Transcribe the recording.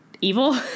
evil